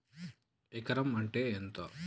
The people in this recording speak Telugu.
ఎకరం అంటే ఎంత?